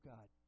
God